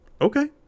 Okay